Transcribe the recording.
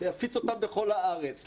להפיץ אותם בכל הארץ,